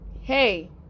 hey